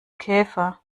käfer